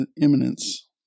imminence